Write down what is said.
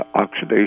oxidation